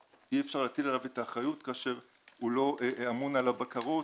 אי-אפשר להטיל עליו את האחריות כאשר הוא לא אמון על הבקרות